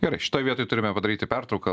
gerai šitoj vietoj turime padaryti pertrauką